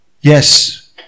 Yes